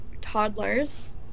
toddlers